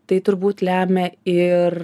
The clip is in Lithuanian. tai turbūt lemia ir